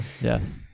Yes